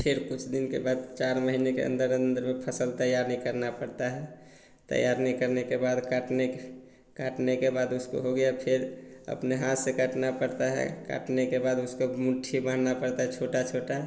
फ़िर कुछ दिन के बाद चार महीने के अंदर अंदर फसल तैयार नहीं करना पड़ता है तैयार नहीं करने के बाद काटने के काटने के बाद उसको हो गया फ़िर अपने हाथ से काटना पड़ता है काटने के बाद उसको मुट्ठी बाँधना पड़ता है छोटा छोटा